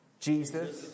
Jesus